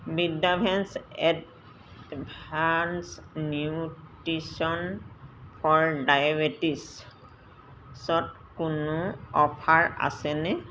Vidavance advance nutrition for ডায়েবেটিছত কোনো offer আছেনে